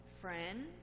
Friend